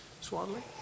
swaddling